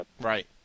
Right